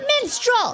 Minstrel